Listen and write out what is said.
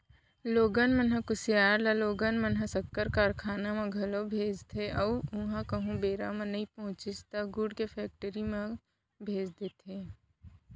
लोगन मन ह कुसियार ल लोगन मन ह सक्कर कारखाना म घलौ भेजथे अउ उहॉं कहूँ बेरा म नइ पहुँचिस त गुड़ के फेक्टरी म भेज देथे